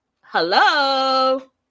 Hello